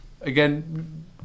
Again